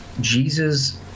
Jesus